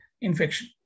infection